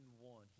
one